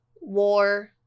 war